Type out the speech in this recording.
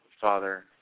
Father